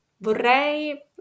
Vorrei